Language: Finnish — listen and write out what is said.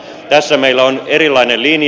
tässä meillä on erilainen linja